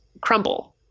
crumble